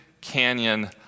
Canyon